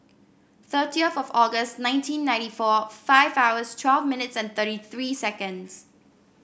thirtieth of August nineteen ninety four five hours twelve minutes and thirty three seconds